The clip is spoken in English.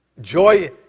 joy